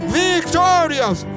victorious